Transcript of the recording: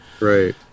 right